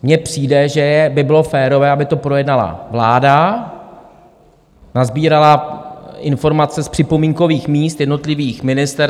Mně přijde, že by bylo férové, aby to projednala vláda, nasbírala informace z připomínkových míst jednotlivých ministerstev.